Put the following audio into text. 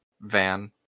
van